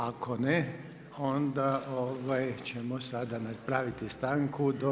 Ako ne, onda ćemo sada napraviti stanku do